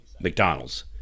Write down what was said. McDonald's